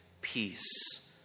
peace